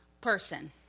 person